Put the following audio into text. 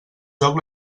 joc